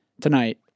tonight